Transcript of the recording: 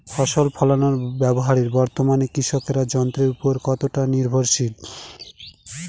ফসল ফলানোর ব্যাপারে বর্তমানে কৃষকরা যন্ত্রের উপর কতটা নির্ভরশীল?